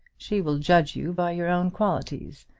she will judge you by your own qualities,